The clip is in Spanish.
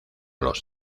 los